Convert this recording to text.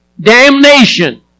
Damnation